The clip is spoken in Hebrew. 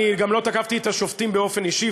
אני גם לא תקפתי את השופטים באופן אישי.